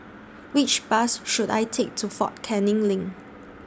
Which Bus should I Take to Fort Canning LINK